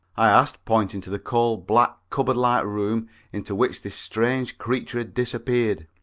i asked, pointing to the coal-black cupboard-like room into which this strange creature had disappeared.